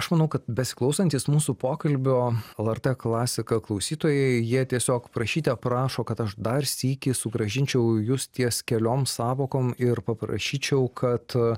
aš manau kad besiklausantys mūsų pokalbio lrt klasika klausytojai jie tiesiog prašyte prašo kad aš dar sykį sugrąžinčiau jus ties keliom sąvokom ir paprašyčiau kad